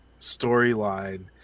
storyline